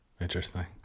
interesting